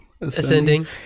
Ascending